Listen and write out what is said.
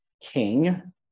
king